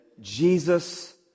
Jesus